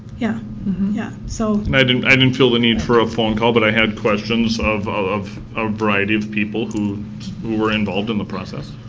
yeah yeah so and i didn't i didn't feel the need for a phone call, but i had questions of of a variety of people who who were in and the process.